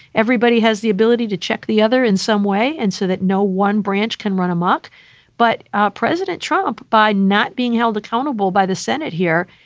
everybody has the ability to check the other in some way. and so that no one branch can run amok but president trump, by not being held accountable by the senate here,